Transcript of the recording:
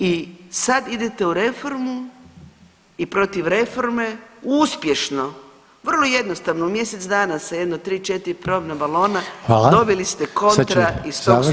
I sad idete u reformu i protiv reforme uspješno, vrlo jednostavno u mjesec dana sa jedno 3-4 probna balona [[Upadica: Hvala.]] dobili ste kontra iz tog sustava sve.